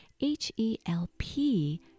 H-E-L-P